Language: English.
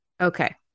Okay